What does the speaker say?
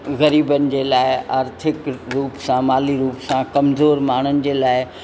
ग़रीबनि जे लाइ आर्थिक रूप सां माली रूप सां कमज़ोरु माण्हुनि जे लाइ